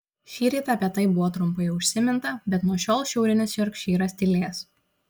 šįryt apie tai buvo trumpai užsiminta bet nuo šiol šiaurinis jorkšyras tylės